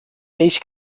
peix